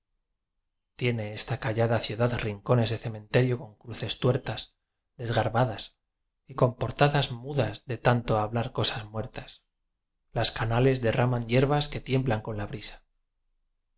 tiene esta callada ciudad rincones de cementerio con cruces tuertas desgarba das y con portadas mudas de tanto ha blar cosas muertas las canales derraman yerbas que tiemblan con la brisa